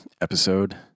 episode